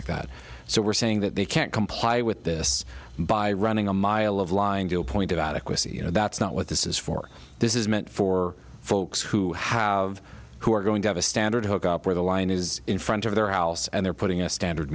like that so we're saying that they can't comply with this by running a mile of line to a point out of course you know that's not what this is for this is meant for folks who have who are going to have a standard hook up where the line is in front of their house and they're putting a standard